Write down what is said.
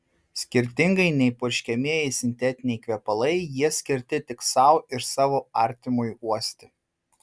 skirtingai nei purškiamieji sintetiniai kvepalai jie skirti tik sau ir savo artimui uosti